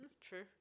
True